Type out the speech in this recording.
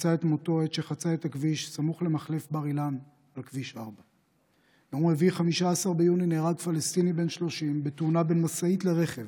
מצא את מותו בעת שחצה את הכביש סמוך למחלף בר-אילן על כביש 4. ביום רביעי 15 ביוני נהרג פלסטיני בן 30 בתאונה בין משאית לרכב